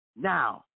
Now